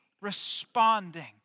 responding